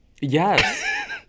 Yes